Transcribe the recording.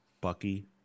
Bucky